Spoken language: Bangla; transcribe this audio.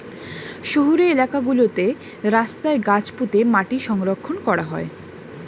শহুরে এলাকা গুলোতে রাস্তায় গাছ পুঁতে মাটি সংরক্ষণ করা হয়